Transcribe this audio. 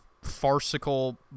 farcical